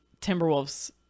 Timberwolves